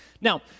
now